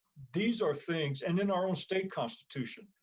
these are things, and then our own state constitution.